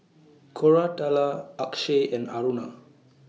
Koratala Akshay and Aruna